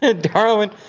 Darwin